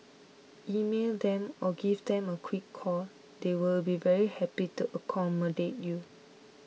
email them or give them a quick call they will be very happy to accommodate you